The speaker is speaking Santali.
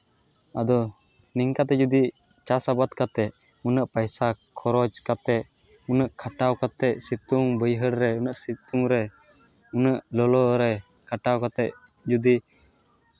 ᱟᱫᱚ ᱱᱤᱝᱠᱟ ᱛᱮ ᱡᱚᱫᱤ ᱪᱟᱥ ᱟᱵᱟᱫ ᱠᱟᱛᱮᱫ ᱩᱱᱟᱹᱜ ᱯᱚᱭᱥᱟ ᱠᱷᱚᱨᱚᱪ ᱠᱟᱛᱮᱫ ᱩᱱᱟᱹᱜ ᱠᱷᱟᱴᱟᱣ ᱠᱟᱛᱮᱜ ᱥᱤᱛᱩᱝ ᱵᱟᱹᱭᱦᱟᱹᱲ ᱨᱮ ᱩᱱᱟᱹᱜ ᱥᱤᱛᱩᱝ ᱨᱮ ᱩᱱᱟᱹᱜ ᱞᱚᱞᱚᱨᱮ ᱠᱟᱴᱟᱣ ᱠᱟᱛᱮᱫ ᱡᱚᱫᱤ